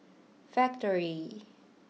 Factorie